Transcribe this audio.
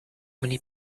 many